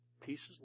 pieces